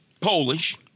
Polish